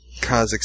Kazakhstan